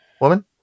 woman